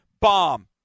bomb